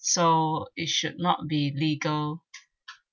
so it should not be legal